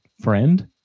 friend